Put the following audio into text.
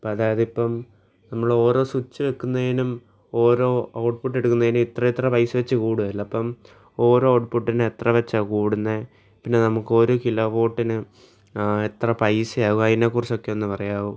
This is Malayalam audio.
അപ്പം അതായത് ഇപ്പം നമ്മളോരോ സ്വിച്ച് ഞെക്കുന്നതിലും ഓരോ ഔട്ട്പുട്ട് എടുക്കുന്നതിലും ഇത്ര ഇത്ര പ്രൈസ് വച്ച് കൂടുമല്ലോ അപ്പം ഓരോ ഔട്പുട്ടിനും എത്ര വച്ചാണ് കൂടുന്നത് പിന്നെ നമുക്ക് ഒരു കിലോ വോൾട്ടിന് എത്ര പ്രൈസയാണ് ആവുക അതിനെ കുറിച്ചൊക്കെ ഒന്ന് പറയാവോ